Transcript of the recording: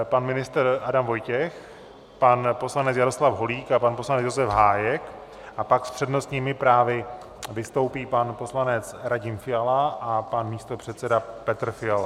Pan ministr Adam Vojtěch, pan poslanec Jaroslav Holík a pan poslanec Josef Hájek, a pak s přednostními právy vystoupí pan poslanec Radim Fiala a pan místopředseda Petr Fiala.